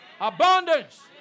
Abundance